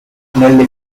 nelle